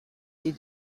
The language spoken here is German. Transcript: die